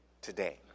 today